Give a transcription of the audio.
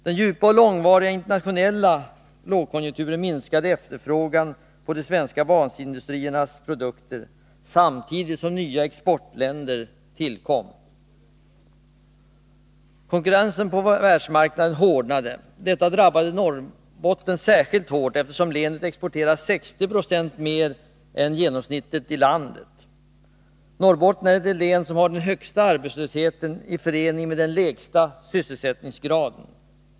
Den djupa och långvariga internationella lågkonjunkturen minskade efterfrågan på de svenska basindustriernas produkter samtidigt som nya exportländer tillkom. Konkurrensen på världsmarknaden hårdnade. Detta drabbade Norrbotten särskilt hårt, eftersom länet exporterar 60 26 mer än genomsnittet i landet. Norrbotten är det län som har den högsta arbetslösheten i förening med den lägsta sysselsättningsgraden.